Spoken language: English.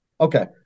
okay